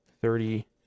Thirty